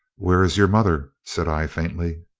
where is your mother? said i, faintly.